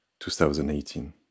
2018